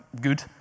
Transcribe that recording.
good